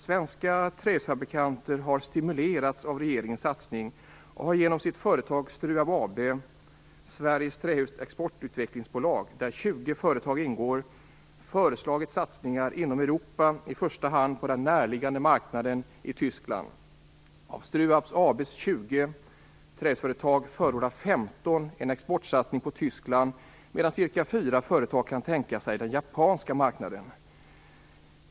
Svenska trähusfabrikanter har stimulerats av regeringens satsning och har genom sitt företag STRU företag ingår, föreslagit satsningar inom Europa, i första hand på den närliggande marknaden i Tyskland. Av STRU AB:s 20 trähusföretag förordar 15 en exportsatsning på Tyskland, medan ca 4 företag kan tänka sig den japanska marknaden.